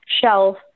shelf